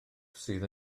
sydd